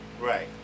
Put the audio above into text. Right